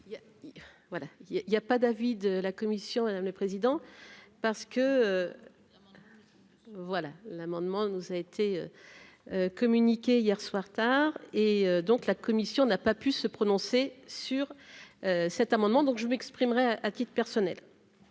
il y a pas d'avis de la commission, madame le président parce que voilà l'amendement nous a été communiquée hier soir tard et donc la commission n'a pas pu se prononcer sur cet amendement, donc je m'exprimerai à titre personnel,